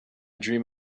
dream